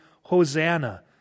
Hosanna